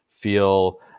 feel